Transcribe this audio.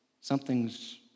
something's